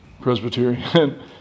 Presbyterian